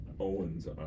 Owens